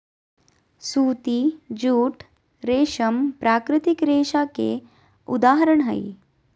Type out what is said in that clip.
सूती, जूट, रेशम प्राकृतिक रेशा के उदाहरण हय